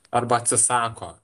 arba atsisako